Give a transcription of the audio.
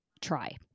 try